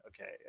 Okay